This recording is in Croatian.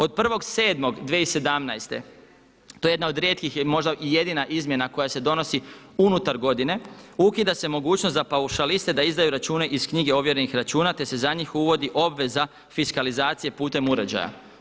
Od 1.7.2017. to je jedna od rijetkih i možda jedina izmjena koja se donosi unutar godine, ukida se mogućnost za paušaliste da izdaju račune iz knjige ovjerenih računa, te se za njih uvodi obveza fiskalizacije putem uređaja.